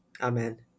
amen